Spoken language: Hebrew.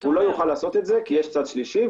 הוא לא יוכל לעשות זאת כי יש צד שלישי,